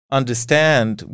understand